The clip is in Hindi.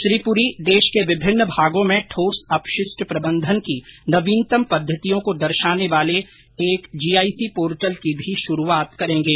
श्री पुरी देश के विभिन्न भागों में ठोस अपशिष्ट प्रबंधन की नवीनतम पद्धतियों को दर्शाने वाले एक जीआईसी पोर्टेल की भी शुरूआत करेंगे